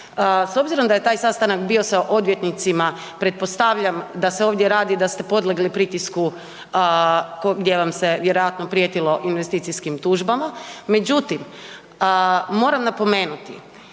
S obzirom da je taj sastanak bio sa odvjetnicima pretpostavljam da se ovdje radi da ste podlegli pritisku gdje vam se vjerojatno prijetilo investicijskim tužbama, međutim moram napomenuti